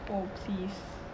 oh please